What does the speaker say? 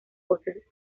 voces